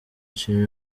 nshima